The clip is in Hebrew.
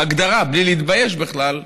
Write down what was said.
בהגדרה, בלי להתבייש בכלל,